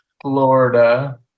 Florida